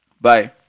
Bye